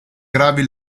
gravi